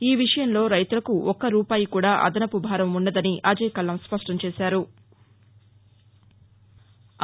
ఈ విషయంలో రైతులకు ఒక్క రూపాయి కూడా అదనపు భారం పుండదని అజేయ్కల్లాం స్పష్టం చేశారు